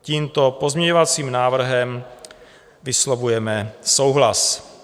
S tímto pozměňovacím návrhem vyslovujeme souhlas.